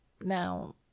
now